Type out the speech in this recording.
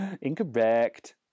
Incorrect